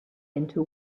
into